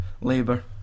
labour